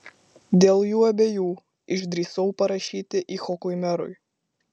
dėl jų abiejų išdrįsau parašyti icchokui merui